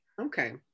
Okay